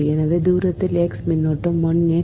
எனவே தூரத்தில் x மின்னோட்டம் I x